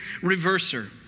reverser